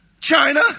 China